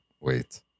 Wait